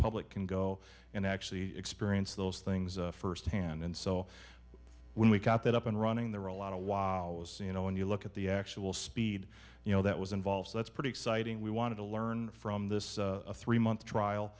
public can go and actually experience those things firsthand and so when we got that up and running there were a lot of wow you know when you look at the actual speed you know that was involved that's pretty exciting we wanted to learn from this three month trial